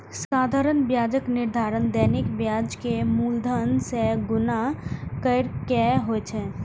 साधारण ब्याजक निर्धारण दैनिक ब्याज कें मूलधन सं गुणा कैर के होइ छै